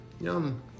Yum